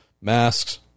Masks